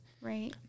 Right